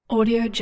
Audio